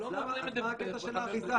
אז מה הקטע של האריזה?